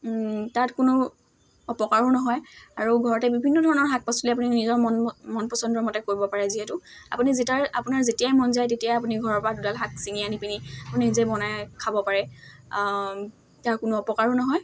তাত কোনো অপকাৰো নহয় আৰু ঘৰতে বিভিন্ন ধৰণৰ শাক পাচলি আপুনি নিজৰ মন মন পচন্দৰ মতে কৰিব পাৰে যিহেতু আপুনি যেতাই আপোনাৰ যেতিয়াই মন যায় তেতিয়াই আপুনি ঘৰৰ পৰা দুডাল শাক ছিঙি আনি পিনি আপুনি নিজে বনাই খাব পাৰে তাৰ কোনো অপকাৰো নহয়